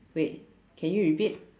wait can you repeat